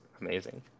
amazing